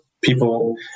people